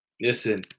listen